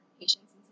patients